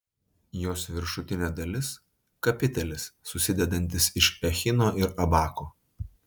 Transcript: jos viršutinė dalis kapitelis susidedantis iš echino ir abako